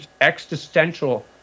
existential